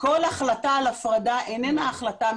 שכל החלטה על הפרדה איננה החלטה מינהלית.